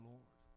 Lord